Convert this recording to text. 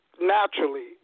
naturally